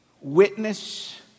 witness